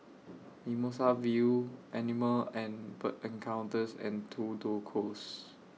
Mimosa View Animal and Bird Encounters and Tudor Close